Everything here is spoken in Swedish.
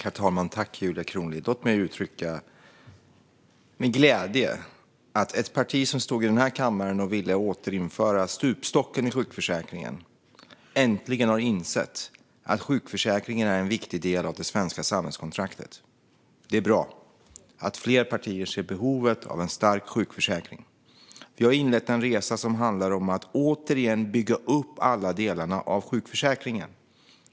Herr talman! Låt mig uttrycka min glädje över att ett parti som stod här i kammaren och ville återinföra stupstocken i sjukförsäkringen äntligen har insett att sjukförsäkringen är en viktig del av det svenska samhällskontraktet. Det är bra att fler partier ser behovet av en stark sjukförsäkring. Vi har inlett en resa som handlar om att återigen bygga upp alla delar av sjukförsäkringen.